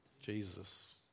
Jesus